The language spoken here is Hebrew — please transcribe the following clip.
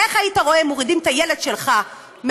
איך היית רואה אם היו מורידים את הילד שלך מהאוטובוס?